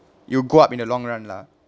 you grow up in the long run lah